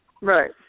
Right